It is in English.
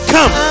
Come